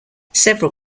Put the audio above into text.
several